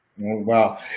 wow